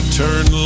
turn